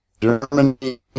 Germany